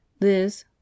Liz